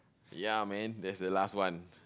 ya man that's the last one